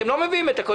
הם לא מביאים את הכול.